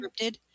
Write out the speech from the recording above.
scripted